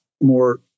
more